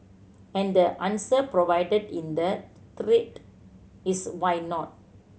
and the answer provided in the thread is why not